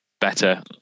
better